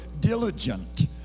diligent